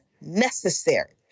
necessary